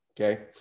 okay